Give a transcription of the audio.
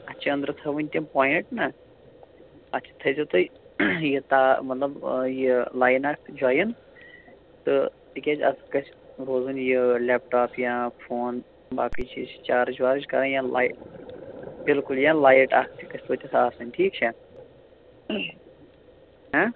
اَتھ چھِ أنٛدرٕ تھاوٕنۍ تِم پۅایِنٛٹ نا اَتھ تہِ تھٲوِزیٚو تُہۍ یہِ تا مطلب یہِ لایِن اَکھ جۅایِن تہٕ تِکیٛازِ اَتھ گَژھِ روزٕنۍ یہِ لیپ ٹاپ یا فون باقٕے چیٖز چھِ چارٕج وارٕج کَرٕنۍ یا لایِٹ بِلکُل یا لایِٹ اَکھ تہِ گَژھِ تتٮ۪تھ آسٕنۍ ٹھیٖک چھا